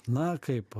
na kaip